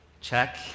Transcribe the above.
check